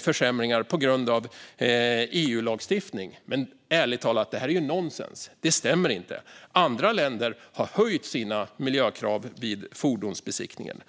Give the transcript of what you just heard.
försämringar på grund av EU-lagstiftning. Men det är ärligt talat nonsens. Det stämmer inte. Andra länder har höjt sina miljökrav vid fordonsbesiktningen.